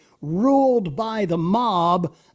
ruled-by-the-mob